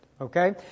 Okay